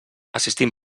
assistim